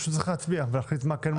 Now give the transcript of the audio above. צריך להצביע ולהחליט מה כן ומה לא.